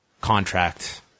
contract